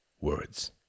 words